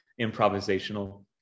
improvisational